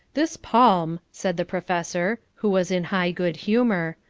this palm, said the professor, who was in high good humour,